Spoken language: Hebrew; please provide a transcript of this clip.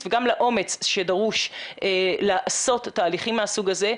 וגם לאומץ שדרוש לעשות תהליכים מהסוג הזה.